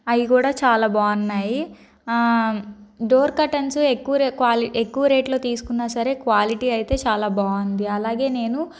అవి కూడా చాలా బాగున్నాయి ఆ డోర్ కర్టెన్స్ ఎక్కువ క్వాలిటీ తక్కువ రేట్లో తీసుకున్న సరే క్వాలిటీ అయితే చాలా బాగుంది అలాగే నేను